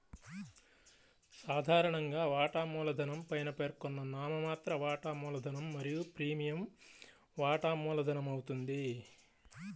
సాధారణంగా, వాటా మూలధనం పైన పేర్కొన్న నామమాత్ర వాటా మూలధనం మరియు ప్రీమియం వాటా మూలధనమవుతుంది